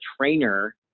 trainer